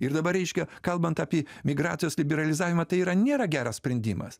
ir dabar reiškia kalbant apie migracijos liberalizavimą tai yra nėra geras sprendimas